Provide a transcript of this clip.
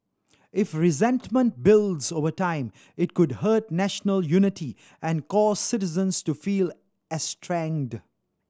if resentment builds over time it could hurt national unity and cause citizens to feel estranged